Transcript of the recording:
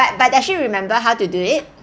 but does she actually remember how to do it